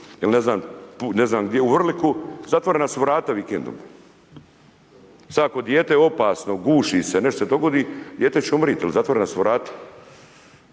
ne znam gdje, u Vrliku, zatvorena su vrata vikendom. Što ako dijete je u opasnosti, guši se, nešto se dogodi? Dijete će umrijeti jer zatvorena su vrata.